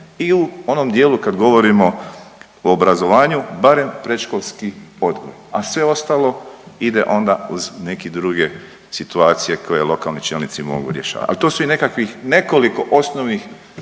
i u onom dijelu kad govorimo o obrazovanju barem predškolski odgoj, a sve ostalo ide onda uz neke druge situacije koje lokalni čelnici mogu rješavati, al to su i nekakvih nekoliko osnovnih